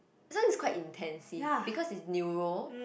this one is quite intensive because it's neuro